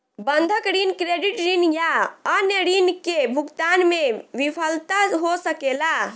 बंधक ऋण, क्रेडिट ऋण या अन्य ऋण के भुगतान में विफलता हो सकेला